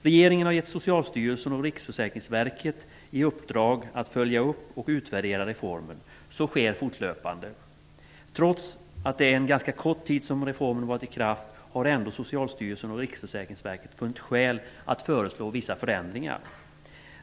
Regeringen har gett Socialstyrelsen och Riksförsäkringsverket i uppdrag att följa upp och utvärdera reformen. Så sker fortlöpande. Trots att reformen har varit i kraft under ganska kort tid har ändå Socialstyrelsen och Riksförsäkringsverket funnit skäl att föreslå vissa förändringar.